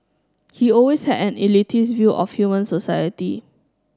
he always had an elitist view of human society